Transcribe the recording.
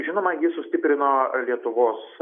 žinoma ji sustiprino lietuvos